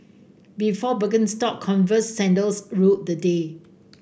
before Birkenstock Converse sandals ruled the day